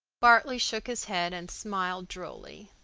bartley shook his head and smiled drolly.